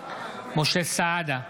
משה סעדה,